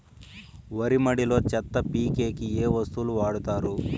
వరి మడిలో చెత్త పీకేకి ఏ వస్తువులు వాడుతారు?